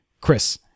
Chris